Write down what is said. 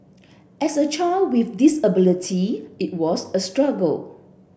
as a child with disability it was a struggle